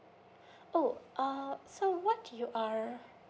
oh uh so what you are